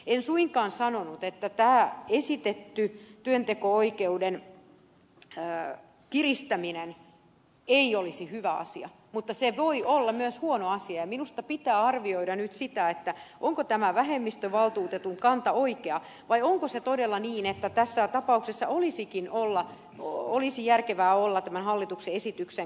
en suinkaan sanonut että tämä esitetty työnteko oikeuden kiristäminen ei olisi hyvä asia mutta se voi olla myös huono asia ja minusta pitää arvioida nyt sitä onko tämä vähemmistövaltuutetun kanta oikea vai onko se todella niin että tässä tapauksessa olisi järkevää olla tämän hallituksen esityksen kannalla